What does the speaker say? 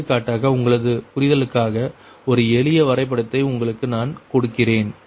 எடுத்துக்காட்டாக உங்களது புரிதலுக்காக ஒரு எளிய வரைபடத்தை உங்களுக்கு நான் கொடுக்கிறேன்